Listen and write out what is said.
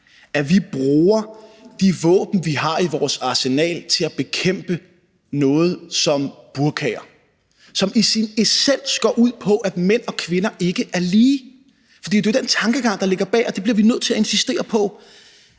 at vi bruger de våben, vi har i vores arsenal, til at bekæmpe noget som burkaer, som i sin essens går ud på, at mænd og kvinder ikke er lige, for det er jo den tankegang, der ligger bag, og det bliver vi nødt til at insistere på